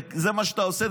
וזה מה שאתה עושה,